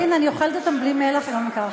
חברת הכנסת רוזין, אני אוכלת אותם בלי מלח גם ככה.